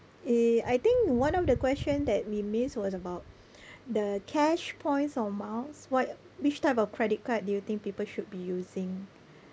eh I think one of the question that we miss was about the cash points or miles what which type of credit card do you think people should be using